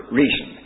reason